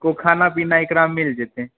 कोइ खाना पीना एकरा मे मिल जेतै